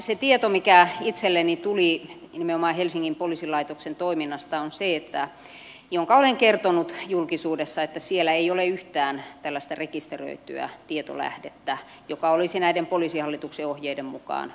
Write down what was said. se tieto mikä itselleni tuli nimenomaan helsingin poliisilaitoksen toiminnasta on se jonka olen kertonut julkisuudessa että siellä ei ole yhtään tällaista rekisteröityä tietolähdettä joka olisi näiden poliisihallituksen ohjeiden mukaan rekisteröity